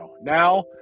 Now